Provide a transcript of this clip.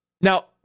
Now